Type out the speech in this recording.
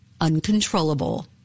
uncontrollable